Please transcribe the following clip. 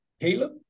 Caleb